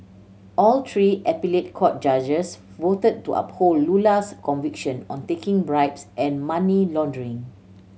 all three appellate court judges voted to uphold Lula's conviction on taking bribes and money laundering